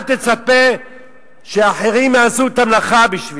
אל תצפה שהאחרים יעשו את המלאכה בשבילנו.